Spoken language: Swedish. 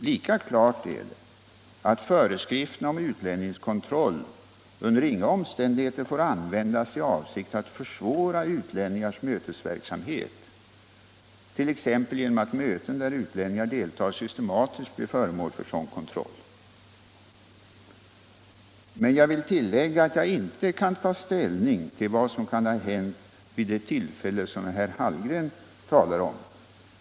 Lika klart är det att föreskrifterna om utlänningskontroll under inga omständigheter får användas i avsikt att försvåra utlänningars mötesverksamhet, t.ex. genom att möten där utlänningar deltar systematiskt blir föremål för sådan kontroll. Jag vill tillägga att jag inte kan ta ställning till vad som kan ha hänt vid det tillfälle som herr Hallgren talar om.